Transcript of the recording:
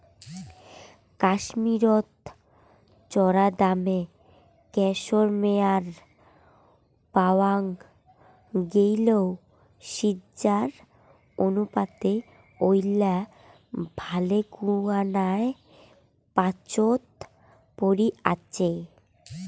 কাশ্মীরত চরাদামে ক্যাশমেয়ার পাওয়াং গেইলেও সিজ্জার অনুপাতে ঐলা ভালেকুনায় পাচোত পরি আচে